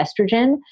estrogen